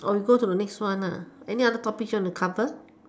or we go to the next one any other topics you want to cover